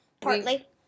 Partly